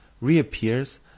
reappears